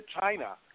China